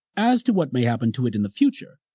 as to what may happen to it in the future,